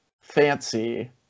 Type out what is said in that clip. fancy